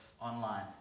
online